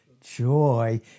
Joy